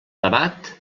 debat